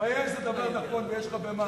מתבייש זה דבר נכון, ויש לך במה.